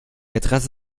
adresse